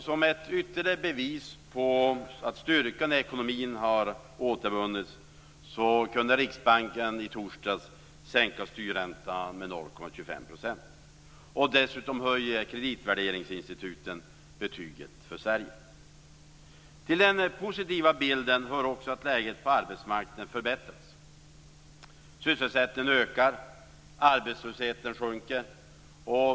Som ett ytterligare bevis på att styrkan i ekonomin har återvunnits kunde Riksbanken i torsdags sänka styrräntorna med 0,25 %. Dessutom höjer kreditvärderingsinstituten betyget för Sverige. Till den positiva bilden hör också att läget på arbetsmarknaden förbättras. Sysselsättningen ökar. Arbetslösheten sjunker.